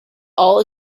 all